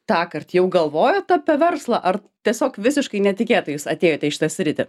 tąkart jau galvojot apie verslą ar tiesiog visiškai netikėtai jūs atėjote į šitą sritį